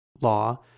law